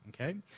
okay